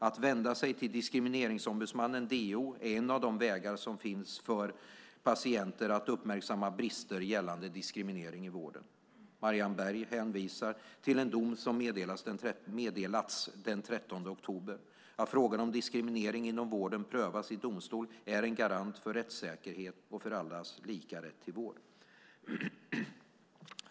Att vända sig till Diskrimineringsombudsmannen är en av de vägar som finns för patienter att uppmärksamma brister gällande diskriminering i vården. Marianne Berg hänvisar till en dom som meddelats den 13 oktober. Att frågan om diskriminering inom vården prövas i domstol är en garant för rättssäkerhet och för allas lika rätt till vård.